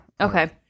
okay